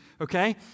Okay